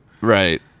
Right